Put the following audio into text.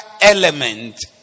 element